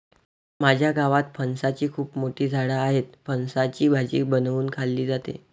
माझ्या गावात फणसाची खूप मोठी झाडं आहेत, फणसाची भाजी बनवून खाल्ली जाते